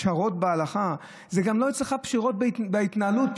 פשרות בהלכה זה גם לא פשרות בהתנהלות אצלך.